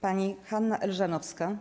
Pani Hanna Elżanowska.